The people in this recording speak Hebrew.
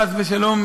חס ושלום,